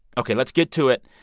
ok. let's get to it.